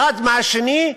אחד מהשני,